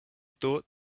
thought